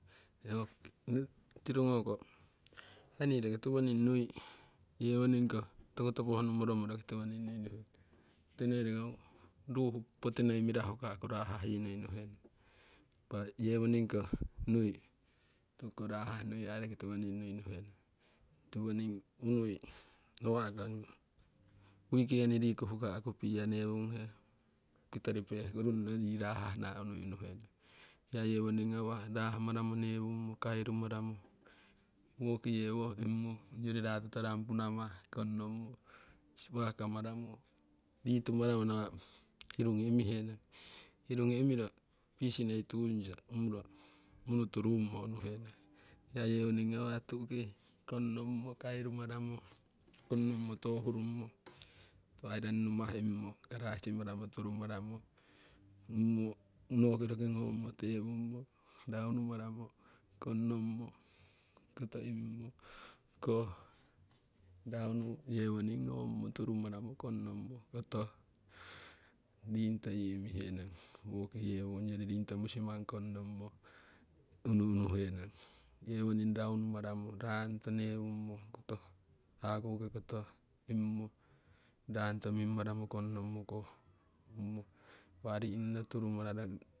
tiru goko aii nii roki tiwoning nui yewoning ko tokutopo honumoromo roki tiwoning nui nuhenong tikite roki ho ong ruu oh poti poti noi mirahu huka'ku rahah nui nuhenong impa yewoning ko nui toku ko rahah nui roki tiwoning nui nuhenong. Tiwoning nui, nawa'ko weekend riku huka'ku beer newunghe kitori pehkuru runno tii rahahna unui unuhene, beer yewoning ngawah rahmaramo newummo kairumaramo woki yii woki yewo imimo ongyori rato dampu namah konnomo sipaka maramo ritumararo nawa' hirugi imihe nong. Hirigi imiro pisi noi tunyo umuro munu turummo unu henong, hiya yewoning ngawah tu'ki konnomo kairumaramo konnomo tohurummo ong koh island namah imimo kalasi maramo turu maramo imimo noki roki ngommo tewummo raunu maramo konnomo koto imimo koh raunu yewoning gommo turumaramo konnomo koto. Riingkoto yii imihenong woki yewo ongyori riito musimang konnomo unui unuhenong, yewoning raunumaramo ongi raanto newummo koto hakukii koto imimo rangoto mimmaramo konnomo koh umumo impa ri'nono turu mararo.